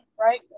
right